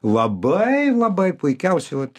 labai labai puikiausiai vat